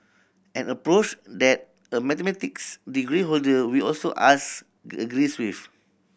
an approach that the mathematics degree holder we also asked agrees with